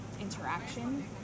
interaction